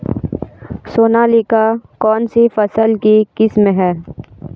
सोनालिका कौनसी फसल की किस्म है?